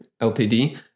LTD